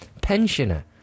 pensioner